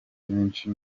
benshi